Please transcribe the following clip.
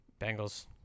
Bengals